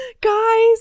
guys